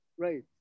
right